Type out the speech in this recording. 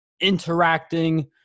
interacting